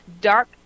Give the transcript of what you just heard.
dark